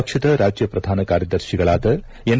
ಪಕ್ಷದ ರಾಜ್ಯ ಪ್ರಧಾನ ಕಾರ್ಯದರ್ತಿಗಳಾದ ಎನ್